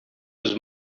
was